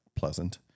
pleasant